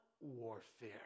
warfare